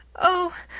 oh,